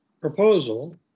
proposal